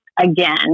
again